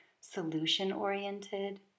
solution-oriented